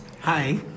hi